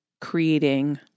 creating